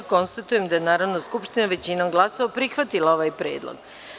Konstatujem da je Narodna skupština većinom glasova prihvatila ovaj predlog.